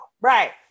right